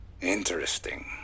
Interesting